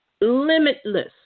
Limitless